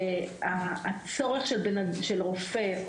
הצורך של רופא,